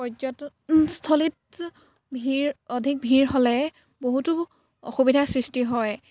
পৰ্যটনস্থলীত ভিৰ অধিক ভিৰ হ'লে বহুতো অসুবিধাৰ সৃষ্টি হয়